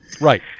Right